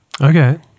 Okay